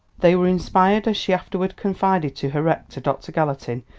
they were inspired, as she afterward confided to her rector, dr. gallatin,